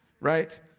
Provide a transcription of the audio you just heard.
right